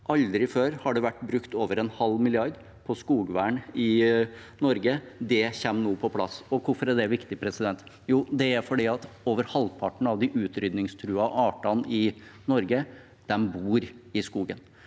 Aldri før har det vært brukt over en halv milliard på skogvern i Norge. Det kommer nå på plass. Hvorfor er det viktig? Jo, det er fordi over halvparten av de utrydningstruede artene i Norge bor i skogen.